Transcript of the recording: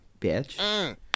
bitch